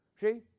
See